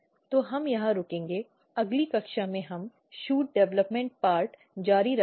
तो हम यहां रुकेंगेअगली कक्षा में हम शूट विकास भाग जारी रखेंगे